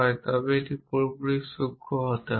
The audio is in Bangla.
তবে এটি পুরোপুরি সূক্ষ্ম হবে